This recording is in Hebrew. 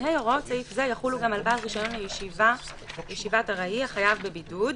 "הוראות סעיף זה יחולו גם על בעל רישיון לישיבת ארעי החייב בבידוד,